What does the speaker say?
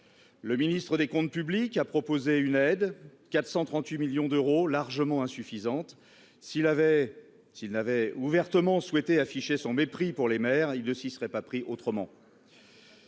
le ministre des Comptes publics, il a proposé une aide 438 millions d'euros largement insuffisantes, s'il avait s'il n'avait ouvertement souhaité afficher son mépris pour les mères et il ne s'y serait pas pris autrement.